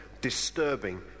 disturbing